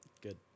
Good